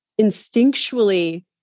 instinctually